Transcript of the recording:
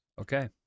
Okay